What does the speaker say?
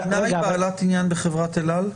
המדינה היא בעלת עניין בחברת אל על?